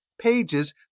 pages